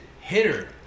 hitter